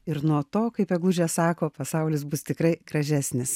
ir nuo to kaip eglužė sako pasaulis bus tikrai gražesnis